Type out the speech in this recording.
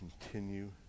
continue